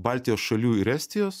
baltijos šalių ir estijos